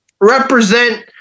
represent